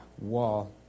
wall